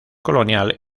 colonial